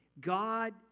God